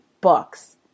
books